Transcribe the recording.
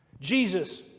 Jesus